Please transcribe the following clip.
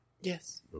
Yes